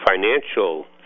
financial